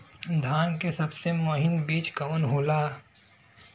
धान के सबसे महीन बिज कवन होला?